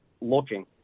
looking